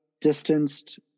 distanced